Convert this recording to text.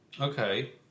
Okay